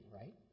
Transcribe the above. right